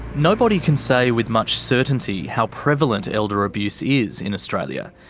nobody can say with much certainty how prevalent elder abuse is in australia.